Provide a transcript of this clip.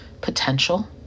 potential